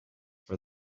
for